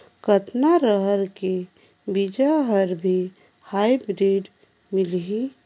कतना रहर के बीजा हर भी हाईब्रिड मिलही?